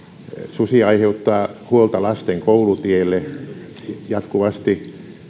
susi aiheuttaa huolta lasten koulutielle jatkuvasti